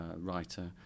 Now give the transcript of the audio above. writer